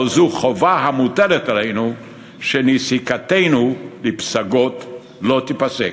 אבל זו חובה המוטלת עלינו שנסיקתנו לפסגות לא תיפסק.